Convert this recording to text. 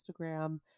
Instagram